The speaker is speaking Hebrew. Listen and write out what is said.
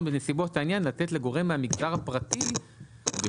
בנסיבות העניין לתת לגורם מהמגזר הפרטי להקים או להפעיל את רשת החלוקה.